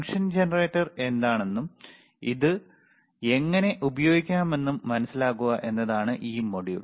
function generator എന്താണെന്നും അത് എങ്ങനെ ഉപയോഗിക്കാമെന്നും മനസിലാക്കുക എന്നതാണ് ഈ മൊഡ്യൂൾ